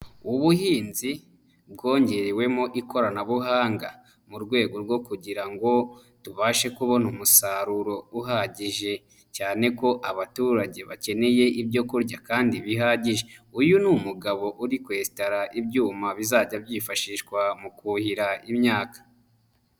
Ubuhinzi bwongerewemo ikoranabuhanga mu rwego rwo kugira ngo tubashe kubona umusaruro uhagije cyane ko abaturage bakeneye ibyo kurya kandi bihagije. Uyu ni umugabo uri kwesitara ibyuma bizajya byifashishwa mu kuhira imyaka.